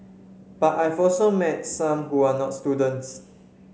but I've also met some who are not students